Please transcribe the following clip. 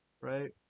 right